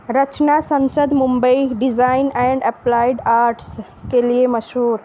Rachna Sansad Mumbai design and applied arts کے لیے مشہور